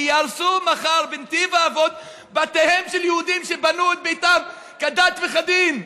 כי ייהרסו מחר בנתיב האבות בתיהם של יהודים שבנו את ביתם כדת וכדין.